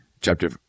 chapter